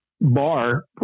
Bar